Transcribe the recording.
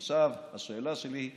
עכשיו, השאלה שלי: